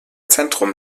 zentrum